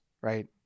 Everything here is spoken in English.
right